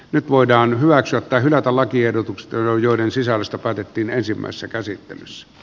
nyt voidaan hyväksyä tai hylätä lakiehdotukset joiden sisällöstä päätettiin ensimmäisessä käsittelyssä